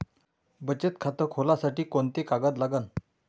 बचत खात खोलासाठी कोंते कागद लागन?